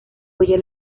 oye